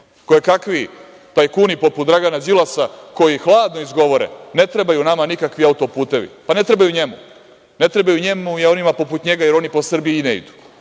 fabrike. Kojekakvi tajkuni poput Dragana Đilasa koji hladno izgovore – ne trebaju nama nikakvi auto-putevi. Pa, ne trebaju njemu, ne trebaju njemu i onima poput njega jer oni po Srbiji i ne idu.